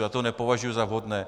Já to nepovažuji za vhodné.